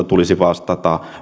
tulisi vastata